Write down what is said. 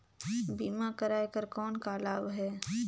बीमा कराय कर कौन का लाभ है?